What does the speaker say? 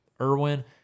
Irwin